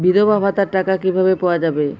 বিধবা ভাতার টাকা কিভাবে পাওয়া যাবে?